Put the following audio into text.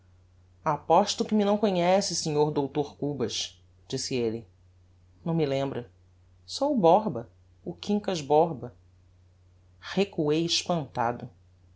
aposto que me não conhece sr dr cubas disse elle não me lembra sou o borba o quincas borba recuei espantado